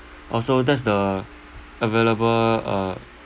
orh so that's the available uh